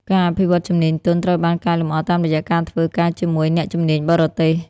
ការអភិវឌ្ឍជំនាញទន់ ត្រូវបានកែលម្អតាមរយៈការធ្វើការជាមួយអ្នកជំនាញបរទេស។